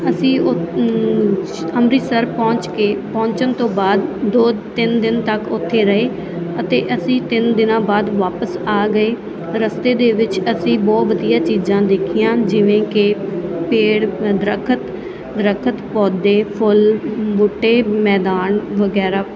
ਅਸੀਂ ਅੰਮ੍ਰਿਤਸਰ ਪਹੁੰਚ ਕੇ ਪਹੁੰਚਣ ਤੋਂ ਬਾਅਦ ਦੋ ਤਿੰਨ ਦਿਨ ਤੱਕ ਉੱਥੇ ਅਸੀਂ ਤਿੰਨ ਦਿਨਾਂ ਬਾਅਦ ਵਾਪਸ ਆ ਗਏ ਰਸਤੇ ਦੇ ਵਿੱਚ ਅਸੀਂ ਬਹੁਤ ਵਧੀਆ ਚੀਜ਼ਾਂ ਦੇਖੀਆਂ ਜਿਵੇਂ ਕਿ ਪੇੜ ਦਰਖਤ ਪੌਦੇ ਫੁੱਲ ਬੂਟੇ ਮੈਦਾਨ ਵਗੈਰਾ